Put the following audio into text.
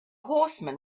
horseman